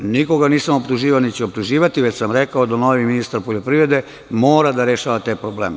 Nikoga nisam optuživao, niti ću optuživati, već sam rekao da novi ministar poljoprivrede mora da rešava te probleme.